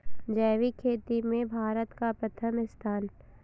जैविक खेती में भारत का प्रथम स्थान